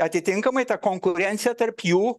atitinkamai ta konkurencija tarp jų